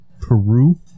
Peru